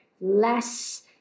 less